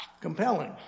compelling